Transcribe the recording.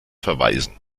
verweisen